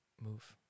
move